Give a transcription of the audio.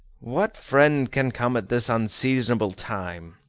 what friend can come at this unseasonable time?